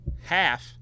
half